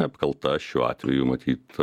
apkalta šiuo atveju matyt